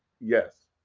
Yes